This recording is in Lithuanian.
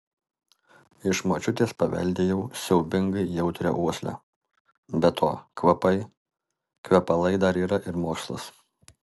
iš močiutės paveldėjau siaubingai jautrią uoslę be to kvapai kvepalai dar yra ir mokslas